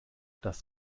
das